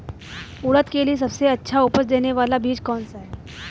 उड़द के लिए सबसे अच्छा उपज देने वाला बीज कौनसा है?